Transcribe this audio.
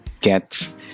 get